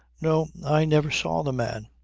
no. i never saw the man.